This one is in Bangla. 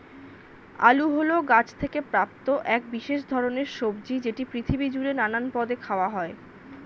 আলু হল গাছ থেকে প্রাপ্ত এক বিশেষ ধরণের সবজি যেটি পৃথিবী জুড়ে নানান পদে খাওয়া হয়